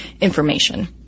information